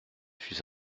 suis